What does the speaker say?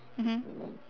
mmhmm